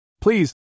Please